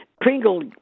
Pringle